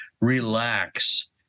relax